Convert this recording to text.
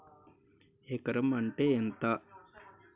ఎకరం అంటే ఎంత?